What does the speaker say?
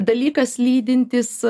dalykas lydintis